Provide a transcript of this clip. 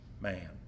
man